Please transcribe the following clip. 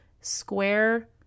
square